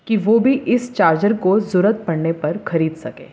کہ وہ بھی اس چارجر کو ضرورت پڑنے پر خرید سکے